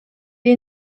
est